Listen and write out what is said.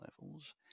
levels